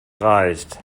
reicht